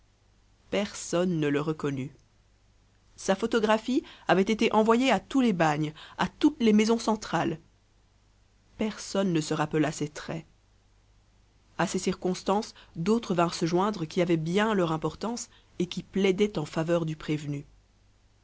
personne ne le reconnut sa photographie avait été envoyée à tous les bagnes à toutes les maisons centrales personne ne se rappela ses traits à ces circonstances d'autres vinrent se joindre qui avaient bien leur importance et qui plaidaient en faveur du prévenu